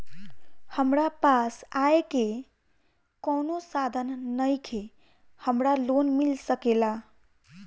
हमरा पास आय के कवनो साधन नईखे हमरा लोन मिल सकेला?